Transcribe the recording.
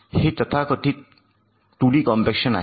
हे तथाकथित 2 D compaction आहे